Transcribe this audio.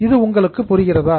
இது உங்களுக்கு புரிகிறதா